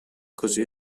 così